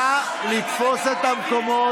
נא לתפוס את המקומות.